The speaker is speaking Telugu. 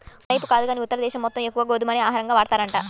మనైపు కాదు గానీ ఉత్తర దేశం మొత్తం ఎక్కువగా గోధుమనే ఆహారంగా వాడతారంట